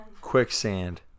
Quicksand